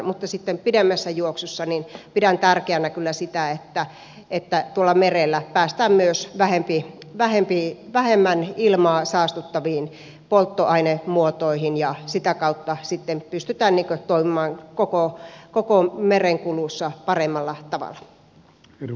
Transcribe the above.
mutta sitten pidemmässä juoksussa pidän tärkeänä kyllä sitä että tuolla merellä päästään myös vähemmän ilmaa saastuttaviin polttoainemuotoihin ja sitä kautta sitten pystytään toimimaan koko merenkulussa paremmalla tavalla